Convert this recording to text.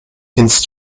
hints